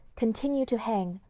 continue to hang,